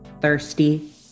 thirsty